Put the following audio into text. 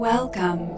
Welcome